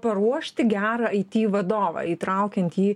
paruošti gerą aiti vadovą įtraukiant jį